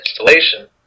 installation